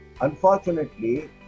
Unfortunately